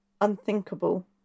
unthinkable